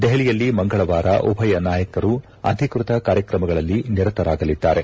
ದೆಹಲಿಯಲ್ಲಿ ಮಂಗಳವಾರ ಉಭಯ ನಾಯಕರು ಅಧಿಕೃತ ಕಾರ್ಯಕ್ರಮಗಳಲ್ಲಿ ನಿರತರಾಗಲಿದ್ದಾರೆ